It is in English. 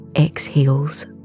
exhales